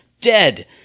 dead